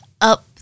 up